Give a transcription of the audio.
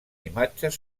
imatges